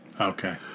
Okay